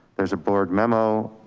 there's a board memo.